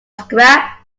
scrap